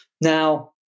Now